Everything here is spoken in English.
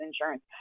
insurance